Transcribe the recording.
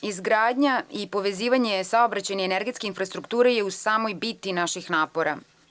I izgradnja i povezivanje saobraćajne i energetske infrastrukture je u samoj biti naših napora.